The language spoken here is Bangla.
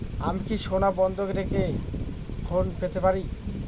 আমি কি সোনা বন্ধক রেখে ঋণ পেতে পারি?